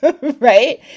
right